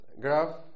graph